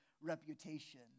reputation